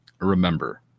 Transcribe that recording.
remember